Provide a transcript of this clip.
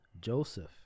Joseph